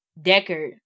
Deckard